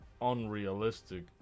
unrealistic